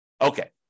Okay